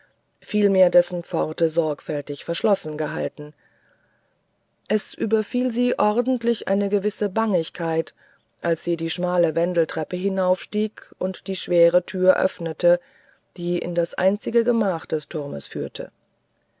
vielmehr dessen pforte sorgfältig verschlossen gehalten es überfiel sie ordentlich eine gewisse bangigkeit als sie die schmale wendeltreppe hinaufstieg und die schwere tür öffnete die in das einzige gemach des turmes führte